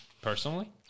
Personally